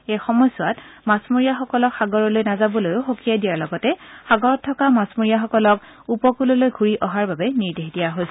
এই সময়ছোৱাত মাছমৰীয়াসকলক সাগৰলৈ নাযাবলৈও সকিয়াই দিয়াৰ লগতে সাগৰত থকা মাছমৰীয়াসকল উপকূললৈ ঘূৰি অহাৰ নিৰ্দেশ দিয়া হৈছে